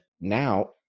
now